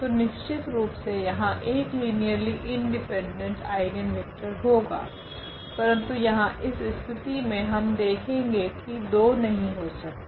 तो निश्चितरुप से यहाँ एक लीनियरली इंडिपेंडेंट आइगनवेक्टर होगा परंतु यहाँ इस स्थिति मे हम देखेगे की दो नहीं हो सकते